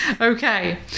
Okay